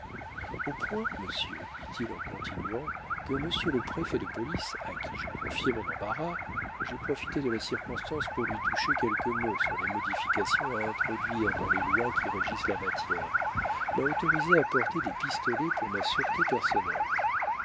au point monsieur dit-il en continuant que monsieur le préfet de police à qui j'ai confié mon embarras j'ai profité de la circonstance pour lui toucher quelques mots sur les modifications à introduire dans les lois qui régissent la matière m'a autorisé à porter des pistolets pour ma sûreté personnelle